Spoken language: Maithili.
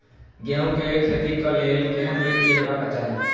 गेहूं के खेतीक लेल केहन मीट्टी हेबाक चाही?